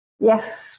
Yes